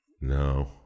no